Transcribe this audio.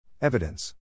Evidence